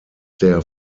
der